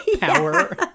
power